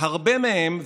"הרבה מהם,